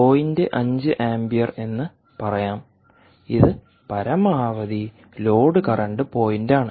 5 ampere എന്ന് പറയാം ഇത് പരമാവധി ലോഡ് കറന്റ് പോയിന്റാണ്